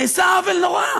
נעשה עוול נורא,